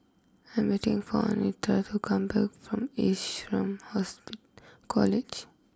I'm waiting for Anitra to come back from Ace Room College